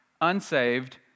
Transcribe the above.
unsaved